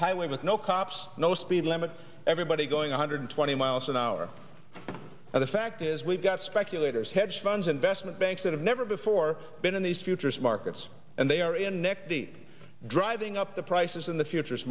highway with no cops no speed limit everybody going one hundred twenty miles an hour and the fact is we've got speculators hedge funds investment banks that have never before been in these futures markets and they are in neck deep driving up the prices in the future